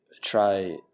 try